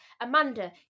Amanda